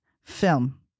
film